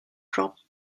dropped